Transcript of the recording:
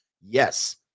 Yes